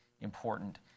important